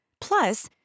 Plus